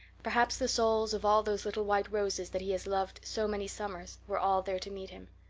perhaps the souls of all those little white roses that he has loved so many summers were all there to meet him.